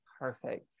Perfect